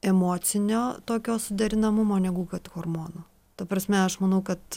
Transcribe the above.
emocinio tokio suderinamumo negu kad hormono ta prasme aš manau kad